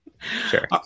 Sure